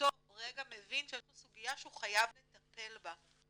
באותו רגע מבין שיש לו סוגיה שהוא חייב לטפל בה.